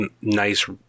nice